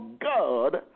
God